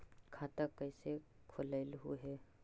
खाता कैसे खोलैलहू हे?